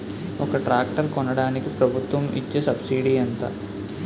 ఒక ట్రాక్టర్ కొనడానికి ప్రభుత్వం ఇచే సబ్సిడీ ఎంత?